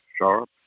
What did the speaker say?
sharp